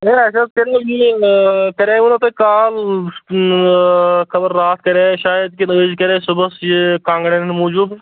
ہے اَسہِ حظ کَریٛاو یہِ کَریٛاوو تۄہہِ کال خَبَر راتھ کَرے شاید کِنہٕ أزۍ کَرے صُبَحس یہِ کانٛگریَن موٗجوٗب